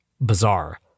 Bizarre